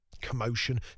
Commotion